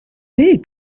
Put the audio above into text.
they